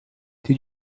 did